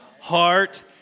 heart